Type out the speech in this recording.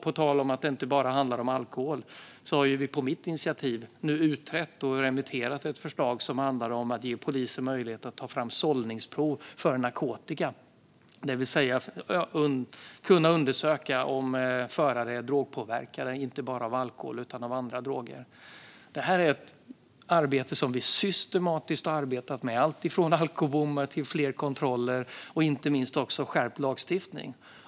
På tal om att det inte handlar om bara alkohol har vi på mitt initiativ utrett och remitterat ett förslag som ska ge polisen möjlighet att ta fram sållningsprov för narkotika, det vill säga kunna undersöka om förare är påverkade av droger. Vi har systematiskt arbetat med allt från alkobommar till fler kontroller och inte minst skärpt lagstiftning.